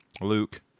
Luke